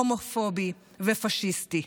הומופובי ופשיסטי.